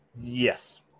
Yes